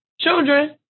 children